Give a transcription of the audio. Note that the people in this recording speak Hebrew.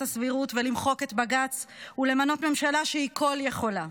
הסבירות ולמחוק את בג"ץ ולמנות ממשלה שהיא כול-יכולה.